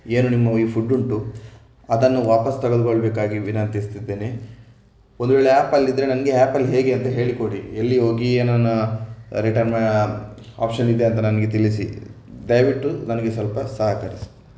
ಏನು ನಿಮ್ಮ ಈ ಫುಡ್ ಉಂಟು ಅದನ್ನು ವಾಪಸು ತೆಗೆದ್ಕೊಳ್ಬೇಕಾಗಿ ವಿನಂತಿಸ್ತಿದ್ದೇನೆ ಒಂದು ವೇಳೆ ಆ್ಯಪಲ್ಲಿದ್ದರೆ ನನಗೆ ಆ್ಯಪಲ್ಲಿ ಹೇಗೆ ಅಂತ ಹೇಳಿಕೊಡಿ ಎಲ್ಲಿ ಹೋಗಿ ಏನನ್ನು ರಿಟರ್ನ್ ಆಪ್ಷನ್ ಇದೆ ಅಂತ ನನಗೆ ತಿಳಿಸಿ ದಯವಿಟ್ಟು ನನಗೆ ಸ್ವಲ್ಪ ಸಹಕರಿಸಿ